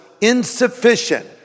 insufficient